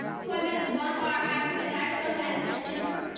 who i met at the bonfire heights event that i spoke at in september,